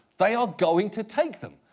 they are going to take them.